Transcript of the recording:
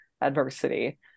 adversity